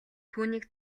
түүнийг